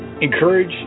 Encourage